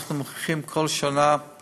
ואנחנו מוכיחים כל שנה את